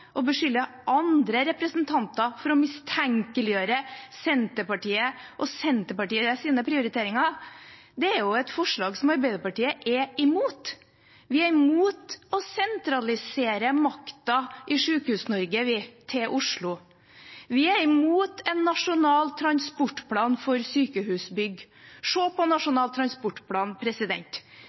og som får henne til å beskylde andre representanter for å mistenkeliggjøre Senterpartiet og Senterpartiets prioriteringer, er et forslag som Arbeiderpartiet er imot. Vi er imot å sentralisere makten i Sykehus-Norge til Oslo. Vi er imot en nasjonal transportplan for sykehusbygg. Se på Nasjonal transportplan,